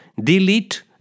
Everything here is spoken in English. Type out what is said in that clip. delete